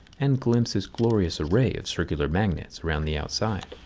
and glimpse this glorious array of circular magnets around the outside.